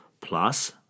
plus